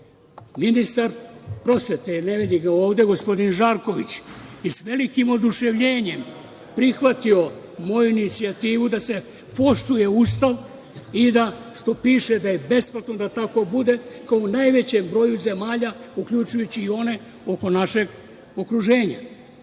ministar prosvete, ne vidim ga ovde, gospodin Žarković, je sa velikim oduševljenjem prihvatio moju inicijativu da se poštuje Ustav i da ono što piše da je besplatno, da tako bude, kao u najvećem broju zemalja uključujući i one oko našeg okruženja.